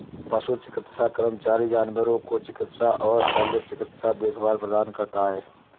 पशु चिकित्सा कर्मचारी जानवरों को चिकित्सा और शल्य चिकित्सा देखभाल प्रदान करता है